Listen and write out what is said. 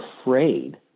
afraid